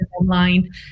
online